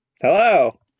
Hello